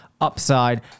upside